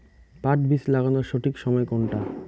পাট বীজ লাগানোর সঠিক সময় কোনটা?